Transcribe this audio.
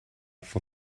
for